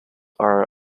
are